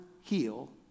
heal